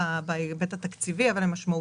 כשבכוונתנו את מרביתם להשקיע בנשות ואנשי